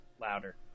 louder